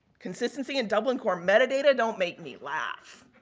consistency and dublin core metadata, don't make me laugh.